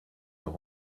leur